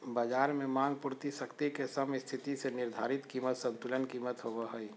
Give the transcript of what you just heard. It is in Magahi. बज़ार में मांग पूर्ति शक्ति के समस्थिति से निर्धारित कीमत संतुलन कीमत होबो हइ